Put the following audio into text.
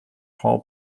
hull